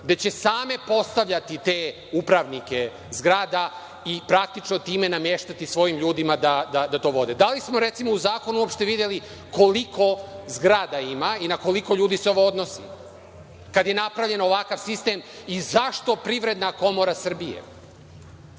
gde će same postavljati te upravnike zgrada i praktično time nameštati svojim ljudima da to vode. Da li smo, recimo, u zakonu uopšte videli koliko zgrada ima i na koliko ljudi se ovo odnosi, kada je napravljen ovakav sistem? Privredna komora Srbije,